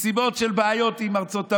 מסיבות של בעיות עם ארצות הברית,